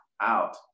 out